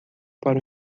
para